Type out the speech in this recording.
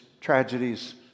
tragedies